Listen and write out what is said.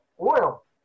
oil